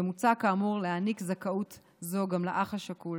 ומוצע כאמור להעניק זכאות זו גם לאח השכול.